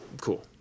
cool